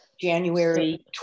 January